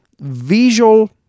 visual